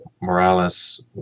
Morales